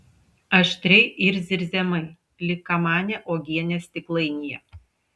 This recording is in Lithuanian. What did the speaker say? aštriai ir zirziamai lyg kamanė uogienės stiklainyje